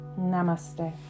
Namaste